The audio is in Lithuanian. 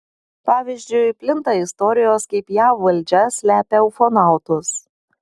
pavyzdžiui plinta istorijos kaip jav valdžia slepia ufonautus